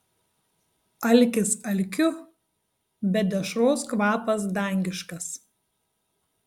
alkis alkiu bet dešros kvapas dangiškas